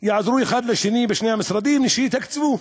יעזרו אחד לשני בשני המשרדים ושיתקצבו